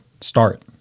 start